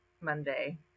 Monday